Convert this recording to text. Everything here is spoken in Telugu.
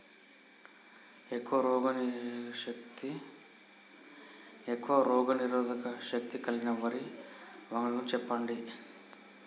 ఎక్కువ రోగనిరోధక శక్తి కలిగిన వరి వంగడాల గురించి చెప్పండి?